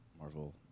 Marvel